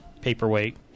paperweight